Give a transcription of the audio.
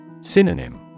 Synonym